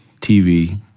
TV